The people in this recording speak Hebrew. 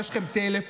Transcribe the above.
יש לכם טלפון,